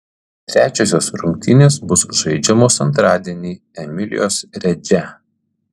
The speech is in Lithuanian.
trečiosios rungtynės bus žaidžiamos antradienį emilijos redže